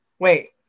Wait